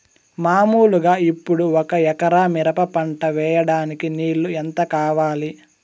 మామూలుగా ఇప్పుడు ఒక ఎకరా మిరప పంట వేయడానికి నీళ్లు ఎంత కావాలి?